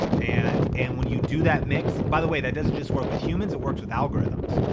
and and when you do that mix, by the way, that doesn't just work with humans, it works with algorithms.